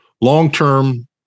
long-term